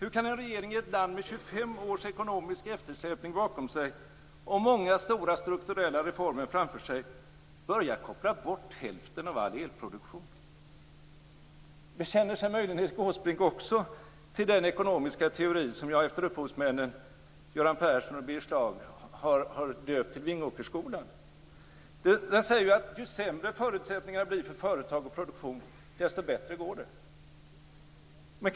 Hur kan en regering i ett land med 25 års ekonomisk eftersläpning bakom sig, och många stora strukturella reformer framför sig, börja koppla bort hälften av all elproduktion? Bekänner sig möjligen Erik Åsbrink också till den ekonomiska teori som jag efter upphovsmännen Göran Persson och Birger Schlaug har döpt till "Vingåkersskolan"? Den säger att ju sämre förutsättningarna blir för företag och produktion, desto bättre går det.